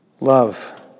Love